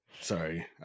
Sorry